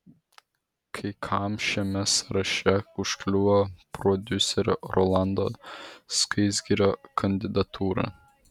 kai kam šiame sąraše užkliuvo prodiuserio rolando skaisgirio kandidatūra